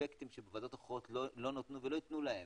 אספקטים שבוועדות אחרות לא נתנו ולא ייתנו להם,